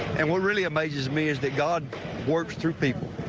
and what really amazes me is that god works through people.